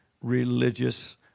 religious